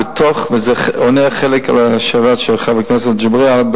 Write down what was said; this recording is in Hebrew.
וזה עונה על חלק מהשאלה של חבר הכנסת אגבאריה,